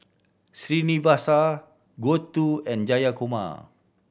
Srinivasa Gouthu and Jayakumar